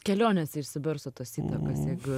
kelionėse išsibarsto tos įtakos jeigu